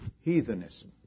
heathenism